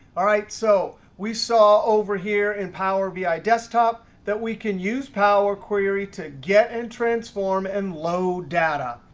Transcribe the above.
all right, so we saw over here in power bi desktop that we can use power query to get and transform and load data.